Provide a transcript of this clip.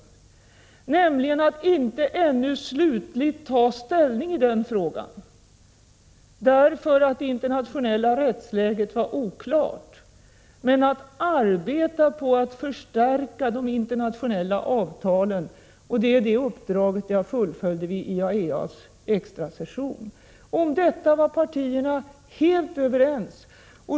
Vi kom då nämligen gemensamt fram till att ännu inte slutligt ta ställning i den frågan, eftersom det internationella rättsläget var oklart, men att arbeta på att förstärka de internationella avtalen. Det är detta uppdrag som jag fullföljt i IAEA:s extra session. Om detta var partierna alltså helt överens.